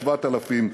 7,000,